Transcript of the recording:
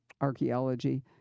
archaeology